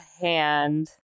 hand